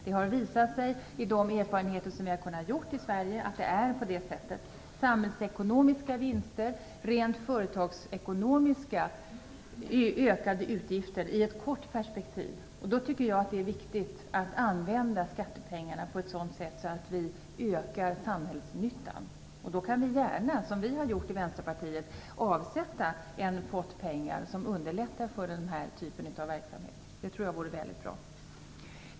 Det har visat sig av de erfarenheter som vi har kunnat göra i Sverige att det är på det sättet. Det blir samhällsekonomiska vinster. Det blir rent företagsekonomiskt ökade utgifter i ett kort perspektiv. Jag tycker att det är viktigt att använda skattepengarna på ett sådant sätt att vi ökar samhällsnyttan. Då kan man gärna, som vi i Vänsterpartiet har gjort, avsätta en pott pengar som underlättar för denna typ av verksamhet. Det tror jag vore väldigt bra.